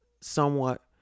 somewhat